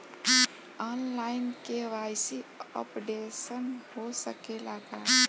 आन line KYC updation हो सकेला का?